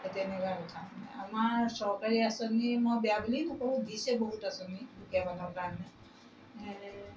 এতিয়া সেনেকুৱা কথা মানে আমাৰ চৰকাৰী আঁচনি মই বেয়া বুলি নকওঁ দিছে বহুত আঁচনি দুখীয়া মানুহৰ কাৰণে